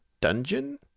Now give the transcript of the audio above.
dungeon